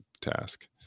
task